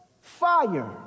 fire